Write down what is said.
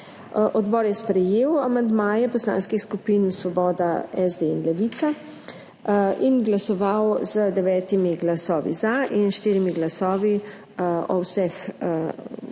Odbor je sprejel amandmaje poslanskih skupin Svoboda, SD in Levica in glasoval z 9 glasovi za in 4 glasovi [proti] o vseh